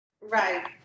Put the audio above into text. Right